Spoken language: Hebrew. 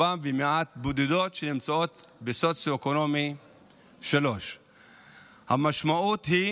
ובודדות נמצאות בסוציו-אקונומי 3. המשמעות היא